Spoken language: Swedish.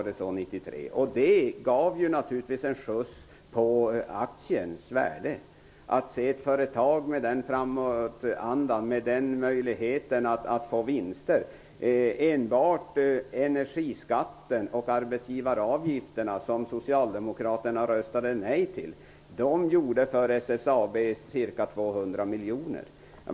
Detta gav naturligtvis en skjuts på aktiens värde, att se ett företag med den framåtandan. Enbart sänkningen av energiskatten och arbetsgivaravgifterna, som socialdemokraterna röstade nej till, innebar ca 200 miljoner för SSAB.